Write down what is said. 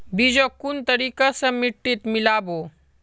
बीजक कुन तरिका स मिट्टीत मिला बो